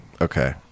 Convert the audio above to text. Okay